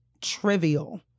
trivial